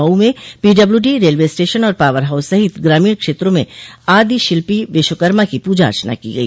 मऊ में PWD railway station और power house सहित ग्रामीण क्षेत्रों में आदि शिल्पी विश्वकर्मा की पूजा अर्चना की गई